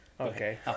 Okay